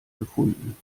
gefunden